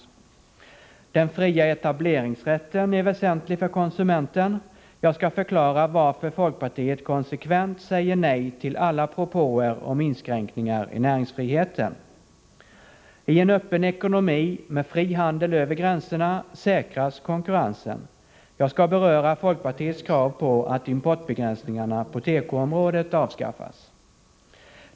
Oo Den fria etableringsrätten är väsentlig för konsumenten. Jag skall förklara varför folkpartiet konsekvent säger nej till alla propåer om inskränkningar i näringsfriheten. O I en öppen ekonomi med fri handel över gränserna säkras konkurrensen. Jag skall beröra folkpartiets krav på att importbegränsningarna på tekoområdet avskaffas.